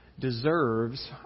deserves